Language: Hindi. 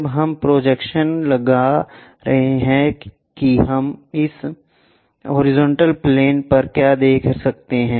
जब हम प्रोजेक्शन्स लगा रहे हैं कि हम इस हॉरिजॉन्टल प्लेन पर क्या देख सकते हैं